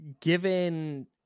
given